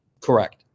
correct